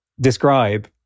describe